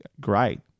Great